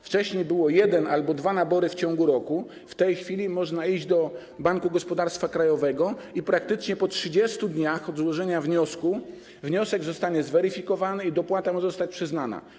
Wcześniej był jeden nabór albo były dwa nabory w ciągu roku, w tej chwili można iść do Banku Gospodarstwa Krajowego i praktycznie po 30 dniach od złożenia wniosku wniosek ma być zweryfikowany i dopłata ma zostać przyznana.